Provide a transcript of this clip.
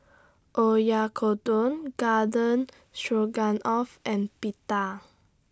Oyakodon Garden Stroganoff and Pita